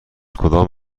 کدام